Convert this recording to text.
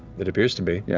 it appears to be. yeah